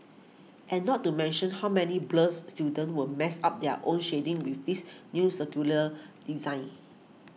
and not to mention how many blurs students will mess up their own shading with this new circular design